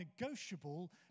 negotiable